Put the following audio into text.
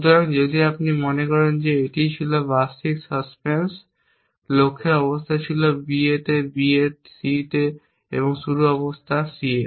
সুতরাং যদি আপনি মনে করেন যে এটি ছিল বার্ষিক সাসপেন্স লক্ষ্যের অবস্থা ছিল B এ এবং B এর C তে এবং শুরুর অবস্থা হল C এ